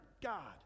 God